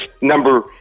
number